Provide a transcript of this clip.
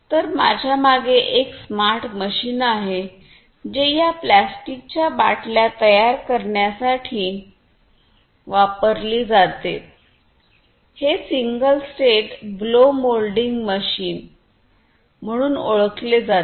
तर माझ्यामागे एक स्मार्ट मशीन आहे जे या प्लास्टिकच्या बाटल्या तयार करण्यासाठी वापरली जाते हे single stage blow moulding machine म्हणून ओळखले जाते